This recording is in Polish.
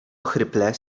ochryple